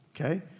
okay